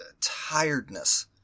tiredness